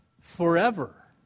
forever